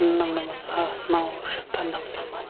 نَمنَمَتھ ساس نَو شیٚتھ تہٕ نَمنَمَتھ